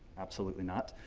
absolutely not.